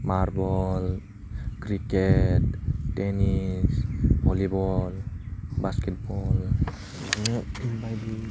मारबल cricket tennis volleyball basketball बिदिनो बायदि